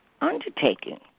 undertaking